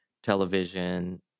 television